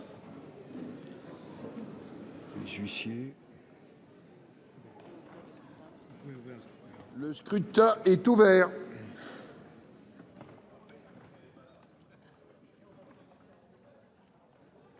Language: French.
Le scrutin est ouvert.